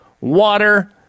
water